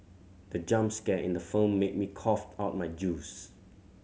the jump scare in the film made me cough out my juice